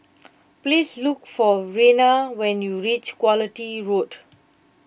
please look for Rena when you reach Quality Road